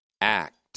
act